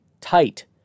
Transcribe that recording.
tight